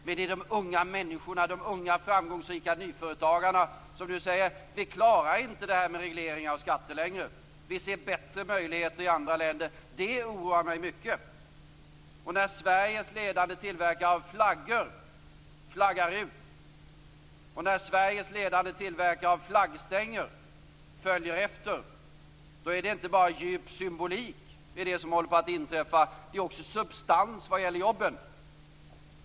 Men nu är det de unga människorna, de unga framgångsrika nyföretagarna, som säger: Vi klarar inte det här med regleringar och skatter längre. Vi ser bättre möjligheter i andra länder. Det oroar mig mycket. När Sveriges ledande tillverkare av flaggor flaggar ut och Sveriges ledande tillverkare av flaggstänger följer efter, då är det inte bara djup symbolik i det som håller på att inträffa. Det är också substans vad gäller jobben.